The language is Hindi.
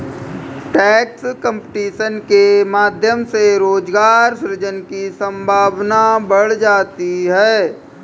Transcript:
टैक्स कंपटीशन के माध्यम से रोजगार सृजन की संभावना बढ़ जाती है